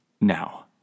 now